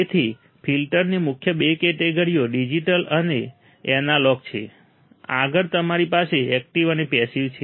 તેથી ફિલ્ટરની મુખ્ય બે કેટેગરીઓ ડિજિટલ અને એનાલોગ છે આગળ તમારી પાસે એકટીવ અને પેસિવ છે